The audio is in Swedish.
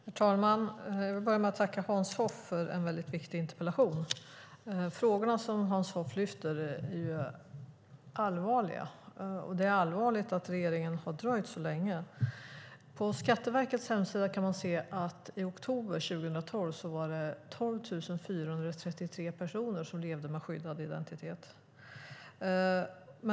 Herr talman! Jag vill börja med att tacka Hans Hoff för en väldigt viktig interpellation. Frågorna som Hans Hoff lyfter fram är allvarliga. Det är allvarligt att regeringen har dröjt så länge. På Skatteverkets hemsida kan man se att det i oktober 2012 var 12 433 personer som levde med skyddad identitet.